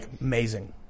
Amazing